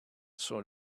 sort